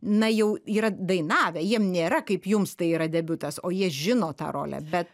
na jau yra dainavę jiem nėra kaip jums tai yra debiutas o jie žino tą rolę bet